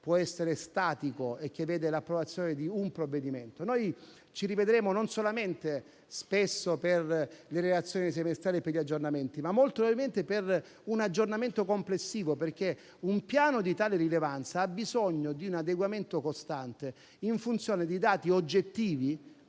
può essere statico e che vede l'approvazione di un provvedimento. Noi ci rivedremo spesso, non solamente per le relazioni semestrali e per gli aggiornamenti, ma molto probabilmente per un aggiornamento complessivo. Questo perché un piano di tale rilevanza ha bisogno di un adeguamento costante in funzione di dati oggettivi,